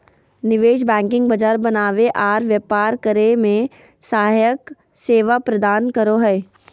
निवेश बैंकिंग बाजार बनावे आर व्यापार करे मे सहायक सेवा प्रदान करो हय